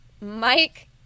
Mike